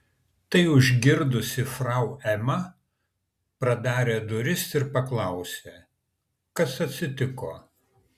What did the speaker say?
tai užgirdusi frau ema pradarė duris ir paklausė kas atsitiko